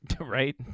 Right